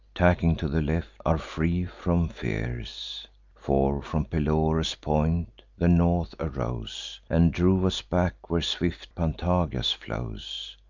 tacking to the left, are free from fears for, from pelorus' point, the north arose, and drove us back where swift pantagias flows.